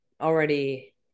already